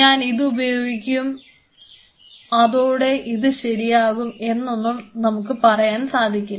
ഞാൻ ഇതു ഉപയോഗിക്കും അതോടെ ഇത് ശരിയായി വരും എന്നൊന്നും നമുക്ക് പറയാൻ സാധിക്കില്ല